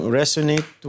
resonate